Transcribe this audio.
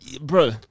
Bro